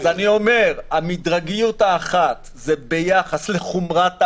המדרגיות האחת זה ביחס לחומרת העבירה,